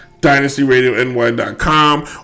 dynastyradiony.com